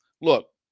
look